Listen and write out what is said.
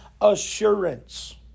assurance